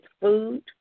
food